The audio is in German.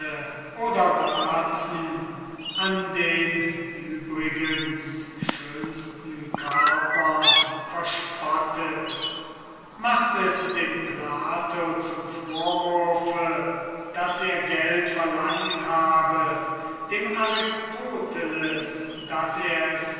oder warzen an den schönsten körpern verspottet macht es dem plato zum vorwurfe daß er geld verlangt habe dem aristoteles daß er es